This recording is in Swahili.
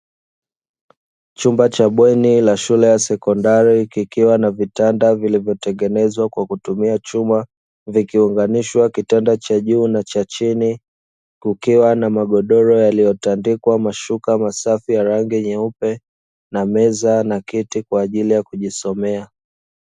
Chumba cha bweni la shule ya sekondari kikiwa na vitanda vilivyotengenezwa kwa kutumia chuma vikiunganishwa kitanda cha juu na cha chini kukiwa na magodoro yaliyotandikwa mashuka masafi ya rangi nyeupe na meza na kiti kwa ajili ya kujisomea.